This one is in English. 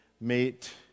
meet